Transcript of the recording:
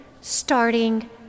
starting